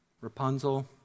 Rapunzel